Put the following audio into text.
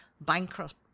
bankrupt